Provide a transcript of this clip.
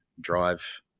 drive